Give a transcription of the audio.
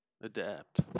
adapt